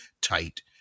tight